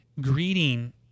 greeting